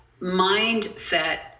mindset